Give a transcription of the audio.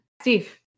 Steve